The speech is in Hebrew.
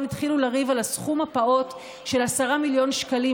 התחילו לריב על הסכום הפעוט של 10 מיליון שקלים,